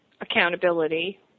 accountability